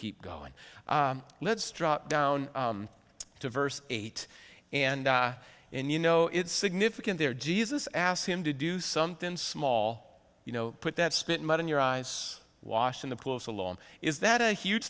keep going let's drop down to verse eight and and you know it's significant they're jesus asked him to do something small you know put that spit mud in your eyes wash in the pool so long is that a huge